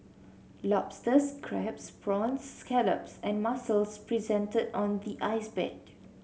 lobsters crabs prawns scallops and mussels presented on the ice bed